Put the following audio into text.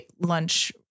lunch